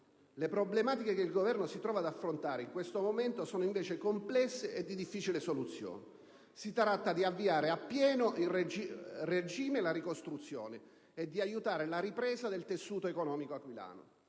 Le problematiche che il Governo si trova ad affrontare in questo momento sono invece complesse e di difficile soluzione; si tratta di avviare a pieno regime la ricostruzione e di aiutare la ripresa del tessuto economico aquilano.